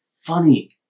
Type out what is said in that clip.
funny